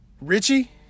Richie